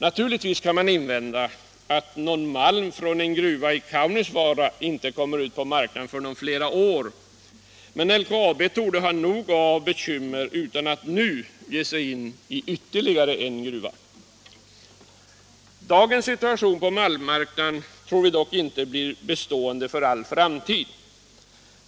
Naturligtvis kan invändas att någon malm från en gruva i Kaunisvaara inte kommer ut på marknaden förrän efter flera år, men LKAB torde ha nog av bekymmer utan att nu ge sig in i ytterligare en gruva. Dagens situation på malmmarknaden torde dock inte bli bestående för all framtid.